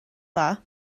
dda